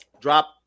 drop